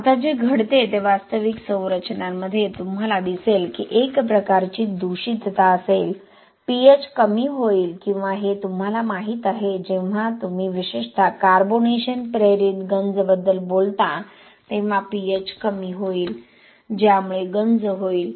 आता जे घडते ते वास्तविक संरचनांमध्ये तुम्हाला दिसेल की एक प्रकारची दूषितता असेल pH कमी होईल किंवा हे तुम्हाला माहीत आहे जेव्हा तुम्ही विशेषत कार्बोनेशन प्रेरित गंज बद्दल बोलता तेव्हा pH कमी होईल ज्यामुळे गंज होईल